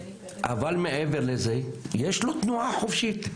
אבל מעבר לזה יש לו תנועה חופשית,